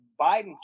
Biden